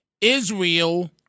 Israel